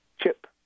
chip